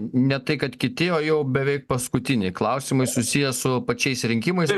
ne tai kad kiti o jau beveik paskutiniai klausimai susiję su pačiais rinkimais